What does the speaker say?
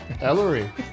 Ellery